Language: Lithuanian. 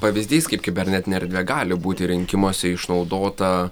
pavyzdys kaip kibernetinė erdvė gali būti rinkimuose išnaudota